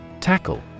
Tackle